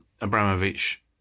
Abramovich